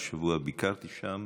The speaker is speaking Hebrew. השבוע ביקרתי שם